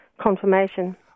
confirmation